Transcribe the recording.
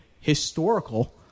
historical